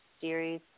series